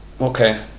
Okay